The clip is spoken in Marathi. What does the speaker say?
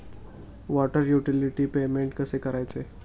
वॉटर युटिलिटी पेमेंट कसे करायचे?